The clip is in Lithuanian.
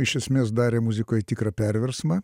iš esmės darė muzikoj tikrą perversmą